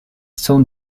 sans